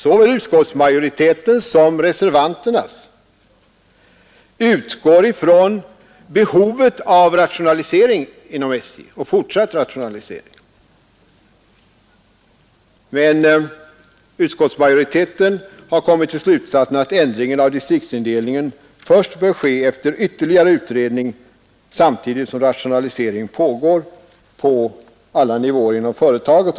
Såväl utskottsmajoriteten som reservanterna utgår från behovet av rationalisering och fortsatt rationalisering inom SJ, men utskottsmajoriteten har kommit till den slutsatsen att en ändring av distriktsindelningen bör ske först efter ytterligare utredning, samtidigt som rationalisering pågår på alla nivåer inom företaget.